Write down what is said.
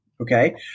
Okay